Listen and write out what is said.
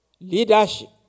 leadership